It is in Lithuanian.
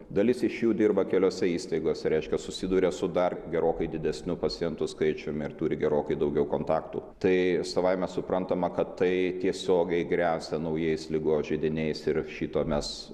dalis iš jų dirba keliose įstaigose reiškia susiduria su dar gerokai didesniu pacientų skaičiumi ir turi gerokai daugiau kontaktų tai savaime suprantama kad tai tiesiogiai gresia naujais ligos židiniais ir šito mes